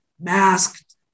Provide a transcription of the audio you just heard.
masked